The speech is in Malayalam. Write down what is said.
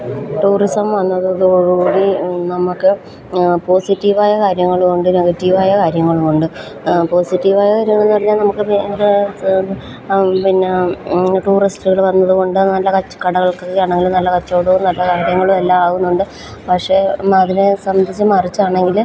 ടൂറിസം വന്നതോടുകൂടി നമുക്ക് പോസിറ്റീവായ കാര്യങ്ങളുമുണ്ട് നെഗറ്റീവായ കാര്യങ്ങളുമുണ്ട് പോസിറ്റീവായ കാര്യങ്ങളെന്ന് പറഞ്ഞാൽ നമുക്കിപ്പം എന്താ പിന്നെ ടൂറിസ്റ്റുകൾ വന്നതുകൊണ്ട് നല്ല കച്ച് കടകൾക്കൊക്കെയാണെങ്കിലും നല്ല കച്ചവടവും നല്ല കാര്യങ്ങളുമെല്ലാം ആകുന്നുണ്ട് പക്ഷേ എന്നാൽ അതിനെ സംബന്ധിച്ച് മറിച്ചാണെങ്കിൽ